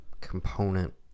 component